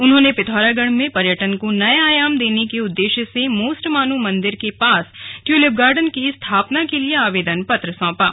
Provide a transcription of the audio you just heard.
उन्होंने पिथौरागढ़ में पर्यटन को नये आयाम देने के उद्देश्य से मोस्टामानू मंदिर के पास ट्यूलिप गार्डन की स्थापना के लिए आवेदन पत्र सौंपा